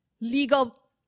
legal